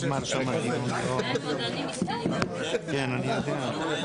אני רוצה לעבור על